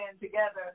together